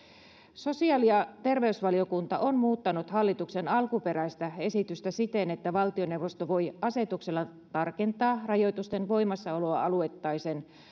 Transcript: sosiaali ja terveysvaliokunta on muuttanut hallituksen alkuperäistä esitystä siten että valtioneuvosto voi asetuksella tarkentaa rajoitusten voimassaoloa alueittaisen